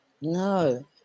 No